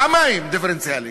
פעמיים דיפרנציאלי.